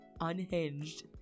unhinged